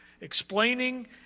explaining